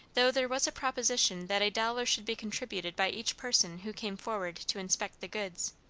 though there was a proposition that a dollar should be contributed by each person who came forward to inspect the goods.